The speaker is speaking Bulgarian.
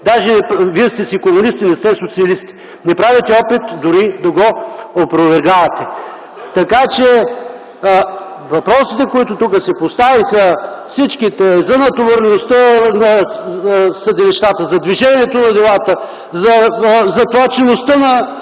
Даже вие сте си комунисти, не сте социалисти! Не правите опит дори да го опровергавате. Всичките въпроси, които тук се поставиха – за натовареността на съдилищата, за движението на делата, за затлачеността на